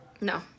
No